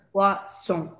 Poisson